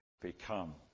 become